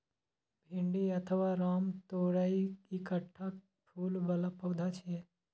भिंडी अथवा रामतोरइ एकटा फूल बला पौधा छियै